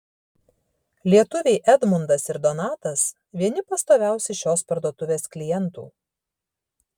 lietuviai edmundas ir donatas vieni pastoviausių šios parduotuvės klientų